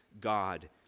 God